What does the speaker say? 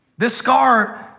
this scar,